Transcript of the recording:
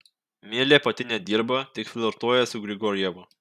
milė pati nedirba tik flirtuoja su grigorjevu